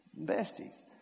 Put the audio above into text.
Besties